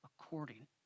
according